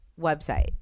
website